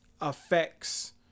affects